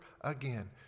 again